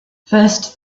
first